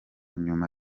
nyuma